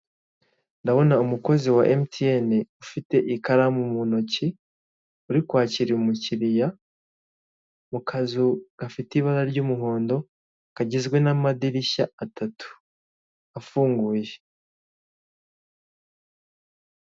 Ndabona umukozi wa MTN ufite ikaramu mu ntoki, uri kwakira umukiriya, mu kazu gafite ibara ry'umuhondo, kagizwe n'amadirishya atatu. Afunguye.